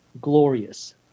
glorious